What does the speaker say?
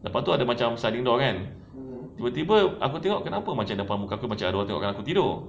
lepas tu ada macam sliding door kan tiba-tiba aku tengok kenapa macam depan muka aku ada orang tengok aku tidur